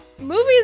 Movies